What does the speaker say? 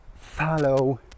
follow